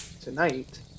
tonight